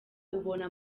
ubona